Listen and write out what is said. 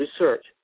research